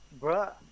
Bruh